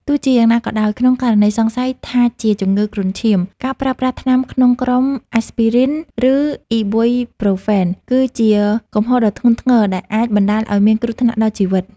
ទោះជាយ៉ាងណាក៏ដោយ ក្នុងករណីសង្ស័យថាជាជំងឺគ្រុនឈាម ការប្រើប្រាស់ថ្នាំក្នុងក្រុមអាស្ពីរីន (Aspirin) ឬអុីប៊ុយប្រូហ្វែន (Ibuprofen) គឺជាកំហុសដ៏ធ្ងន់ធ្ងរដែលអាចបណ្តាលឱ្យមានគ្រោះថ្នាក់ដល់ជីវិត។